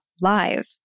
live